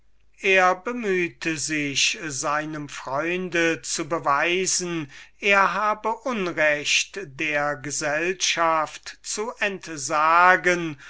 er bemühte sich seinem freunde zu beweisen daß er unrecht habe der gesellschaft zu entsagen